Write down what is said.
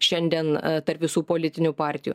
šiandien tarp visų politinių partijų